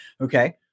Okay